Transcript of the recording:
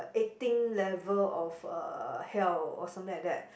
eighteen level of uh hell or something like that